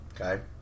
Okay